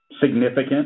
significant